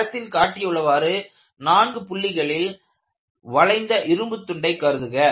படத்தில் காட்டியுள்ளவாறு 4 புள்ளிகளில் வளைந்த இரும்புத்துண்டை கருதுக